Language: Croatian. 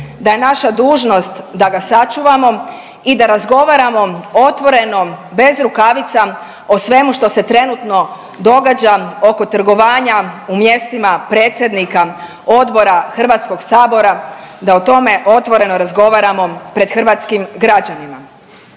da je naša dužnost da ga sačuvamo i da razgovaramo otvoreno bez rukavica o svemu što se trenutno događa oko trgovanja u mjestima predsjednika odbora HS, da o tome otvoreno razgovaramo pred hrvatskim građanima.